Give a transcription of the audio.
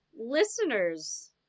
Listeners